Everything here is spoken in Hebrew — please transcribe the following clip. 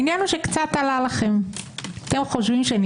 העניין הוא שקצת עלה לכם.